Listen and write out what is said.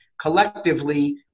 collectively